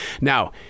Now